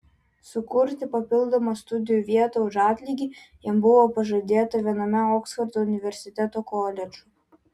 sukurti papildomą studijų vietą už atlygį jam buvo pažadėta viename oksfordo universiteto koledžų